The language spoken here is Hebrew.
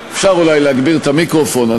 אפשר אולי להגביר את המיקרופון.